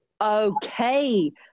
Okay